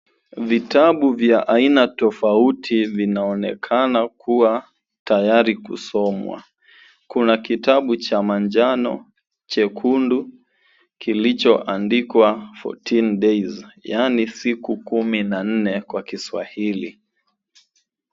Vitabu vya aina tofauti vinaonekana kuwa tayari kusomwa. Kuna kitabu cha manjano, chekundu kilichoandikwa, fourteen days, yaani siku kumi na nne kwa kiswahili.